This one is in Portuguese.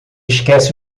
esquece